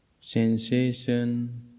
Sensation